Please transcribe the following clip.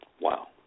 Wow